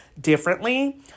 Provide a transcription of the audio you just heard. differently